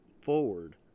forward